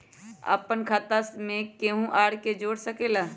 अपन खाता मे केहु आर के जोड़ सके ला?